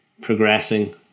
progressing